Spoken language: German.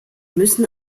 müssen